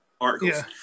Articles